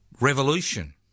revolution